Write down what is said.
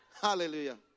Hallelujah